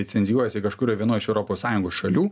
licenzijuojasi kažkurioj vienoj iš europos sąjungos šalių